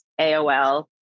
AOL